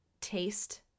taste